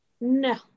no